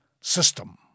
system